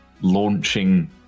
launching